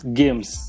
games